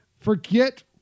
forget